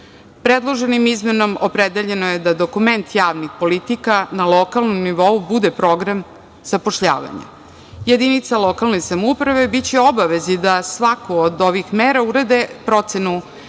godine. Predloženim izmenama opredeljeno je dokument javnih politika na lokalnom nivou bude program zapošljavanja. Jedinice lokalne samouprave biće u obavezi da za svaku od ovih mera urade procenu